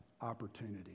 opportunity